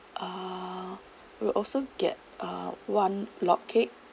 uh will also get uh one log cake